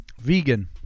vegan